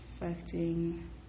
affecting